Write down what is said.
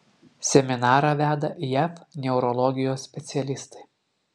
seminarą veda jav neurologijos specialistai